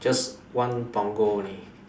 just one Punggol only